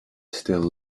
still